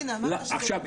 עכשיו,